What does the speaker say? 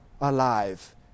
alive